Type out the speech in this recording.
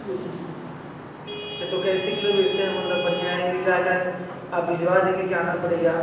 तो कैसे किलो बेचते हैं मतलब बढ़िया हैं मिल जाएगा अब भिजवा देंगे कि आना पड़ेगा